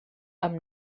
amb